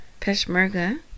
Peshmerga